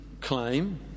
claim